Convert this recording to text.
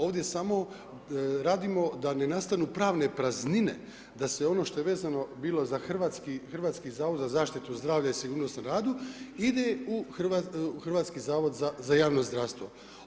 Ovdje samo radimo da ne nastanu pravne praznine, da se ono što je vezano bilo za Hrvatski zavod za zaštitu zdravlja i sigurnost na radu ide u Hrvatski zavod za javno zdravstvo.